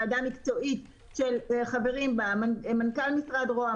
יש ועדה מקצועית שחברים בה מנכ"ל משרד רה"מ,